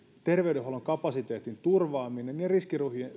terveydenhuollon kapasiteetin turvaaminen ja riskiryhmien